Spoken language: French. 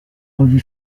revue